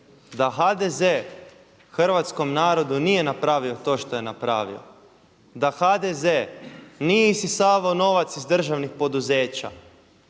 da HDZ hrvatskom narodu nije napravio to što je napravio, da HDZ nije isisavao novac iz državnih poduzeća,